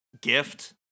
gift